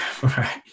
Right